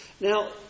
now